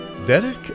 Derek